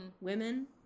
women